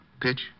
Pitch